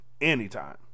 Anytime